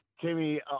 Timmy